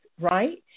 right